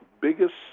biggest